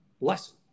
lesson